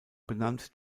benannt